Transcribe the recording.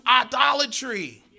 idolatry